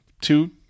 two